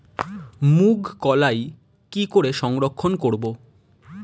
মুঘ কলাই কি করে সংরক্ষণ করব?